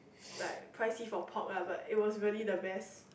like pricey for pork lah but it was really the best